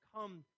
come